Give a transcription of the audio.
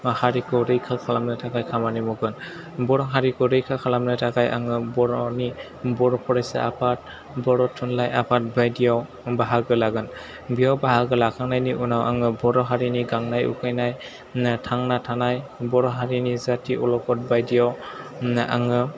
हारिखौ रैखा खालामनो थाखाय खामानि मावगोन बर' हारिखौ रैखा खालामनो थाखाय आङो बर'नि बर' फरायसा आफाद बर' थुनलाइ आफाद बायदियाव बाहागोन लागोन बेयाव बाहागो लाखांनायनि उनाव आङो बर' हारिनि गांनाय उखैनाय थांना थानाय बर' हारिनि जाथि अलखद बायदियाव उमना आङो